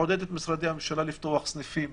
לעודד את משרדי הממשלה לפתוח סניפים